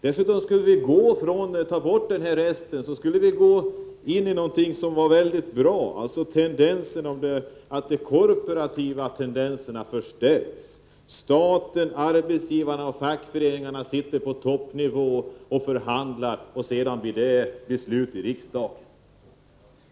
Dessutom skulle det vara så, att om vi tog bort den här resten skulle vi gå in i någonting som var väldigt bra. Det skulle alltså förhålla sig så att de korporativa tendenserna förstärks. Staten, arbetsgivarna och fackföreningarna sitter och förhandlar på toppnivå, och sedan blir det beslut här i riksdagen.